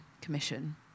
commission